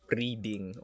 reading